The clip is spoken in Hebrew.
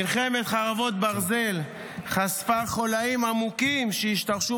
מלחמת חרבות ברזל חשפה חוליים עמוקים שהשתרשו